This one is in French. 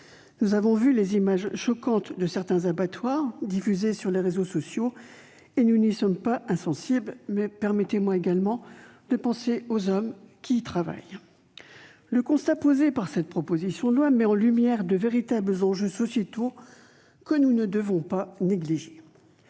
Nous avons vu les images choquantes de certains abattoirs, diffusées sur les réseaux sociaux, et nous n'y sommes pas insensibles, mais permettez-moi également de penser aux hommes qui y travaillent. Le constat posé par cette proposition de loi met en lumière de véritables enjeux sociétaux, que nous ne devons pas négliger.